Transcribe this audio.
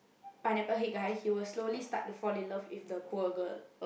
Pineapple Head guy he was slowly start to fall in love with the poor girl